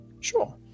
sure